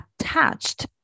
attached